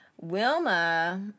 Wilma